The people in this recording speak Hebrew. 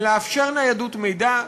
לאפשר ניידות מידע,